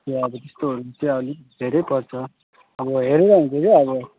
त्यहाँ अब त्यस्तोहरू त्यहाँ अलिक धेरै पर्छ अब हेरेर हुन्छ के अब